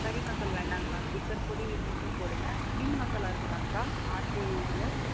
கறி மசால் வேண்டாங்க்கா சிக்கன் பொடி இது மட்டும் போடுங்க மீன் மசாலா இருக்குதாங்க்கா ஆச்சி இதில்